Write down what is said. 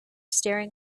staring